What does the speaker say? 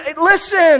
listen